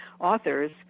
authors